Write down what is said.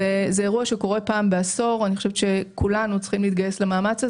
זה אירוע שקורה פעם בעשור ואני חושבת שכולנו צריכים להתגייס למאמץ הזה.